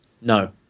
No